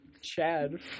Chad